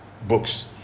books